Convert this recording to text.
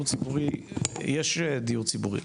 יש דיור ציבורי.